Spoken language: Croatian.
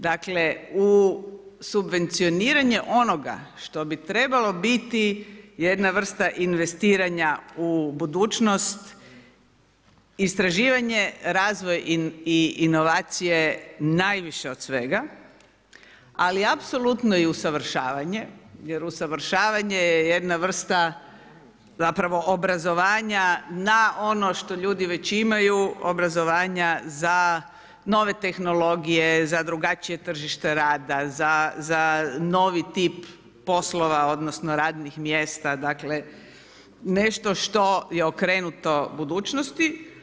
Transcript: Dakle u subvencioniranje onoga što bi trebalo biti jedna vrsta investiranja u budućnost, istraživanje, razvoj i inovacije najviše od svega, ali apsolutno i usavršavanje jer usavršavanje je jedna vrsta obrazovanja na ono što već ljudi imaju obrazovanja za nove tehnologije, za drugačije tržište rada, za novi tip poslova odnosno radnih mjesta dakle nešto što je okrenuto budućnosti.